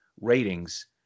ratings